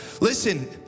Listen